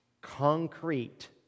concrete